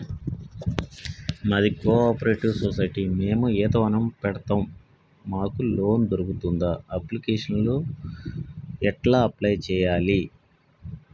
మాది ఒక cooperative society మేము ఈత వనం పెడతం మాకు లోన్ దొర్కుతదా? అప్లికేషన్లను ఎట్ల అప్లయ్ చేయాలే?